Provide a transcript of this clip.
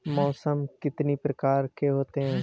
मौसम कितनी प्रकार के होते हैं?